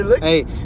Hey